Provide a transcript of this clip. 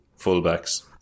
fullbacks